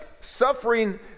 suffering